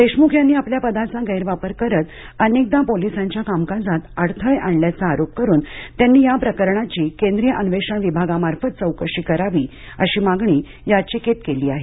देशमुख यांनी आपल्या पदाचा गैरवापर करत अनेकदा पोलिसांच्या कामकाजात अडथळे आणल्याचा आरोप करत त्यांनी या प्रकरणाची केंद्रीय अन्वेषण विभागामार्फत चौकशी करावी अशी मागणी याचिकेत केली आहे